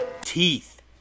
teeth